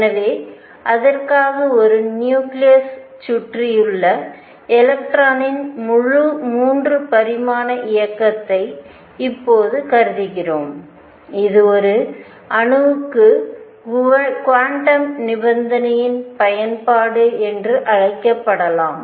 எனவே அதற்காக ஒரு நியூக்ளியஸ் சுற்றியுள்ள எலக்ட்ரானின் முழு 3 பரிமாண இயக்கத்தை இப்போது கருதுகிறோம் இது ஒரு அணுவுக்கு குவாண்டம் நிபந்தனையின் பயன்பாடு என்றும் அழைக்கப்படலாம்